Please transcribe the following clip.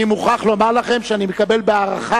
אני מוכרח לומר לכם שאני מקבל בהערכה